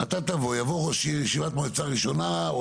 יבוא ראש עיר לישיבת מועצה ראשונה,